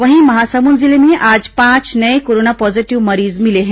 वहीं महासमुंद जिले में आज पांच नये कोरोना पॉजीटिव मरीज मिले हैं